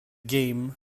game